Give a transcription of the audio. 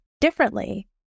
differently